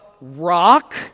rock